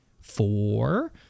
four